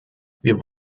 wir